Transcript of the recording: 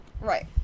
Right